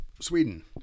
Sweden